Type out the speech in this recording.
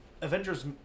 Avengers